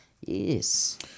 Yes